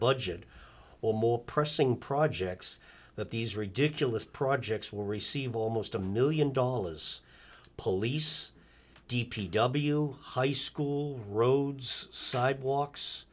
budget or more pressing projects that these ridiculous projects will receive almost a million dollars police d p w high school roads sidewalks